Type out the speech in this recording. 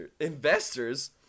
investors